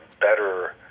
better